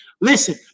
Listen